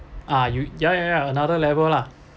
ah you ya ya ya another level lah